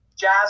Jazz